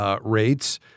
rates